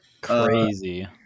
Crazy